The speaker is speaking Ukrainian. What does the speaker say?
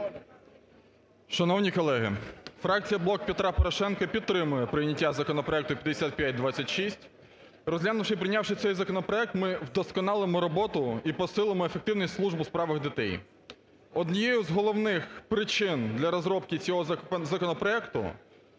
Шановні колеги, фракція "Блок Петра Порошенка" підтримує прийняття законопроекту 5526. Розглянувши і прийнявши цей законопроект, ми вдосконалимо роботу і посилимо ефективність служб у справах дітей. Однією з головних причин для розробки цього законопроекту